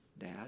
dad